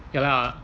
ya lah